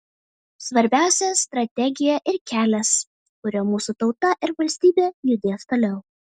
svarbiausia strategija ir kelias kuriuo mūsų tauta ir valstybė judės toliau